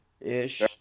ish